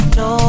no